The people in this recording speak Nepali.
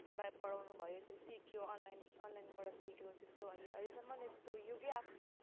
पढाए पढाउनुभयो यसरी सिक्यो अनलाइन अनलाइनबाट सिक्यो त्यस्तो अहिले अहिलेसम्म यस्तो युगै आएको थिएन